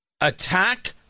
Attack